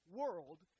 world